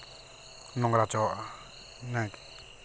ᱱᱳᱝᱨᱟ ᱦᱚᱪᱚᱣᱟᱜᱼᱟ ᱤᱱᱟᱹᱜᱮ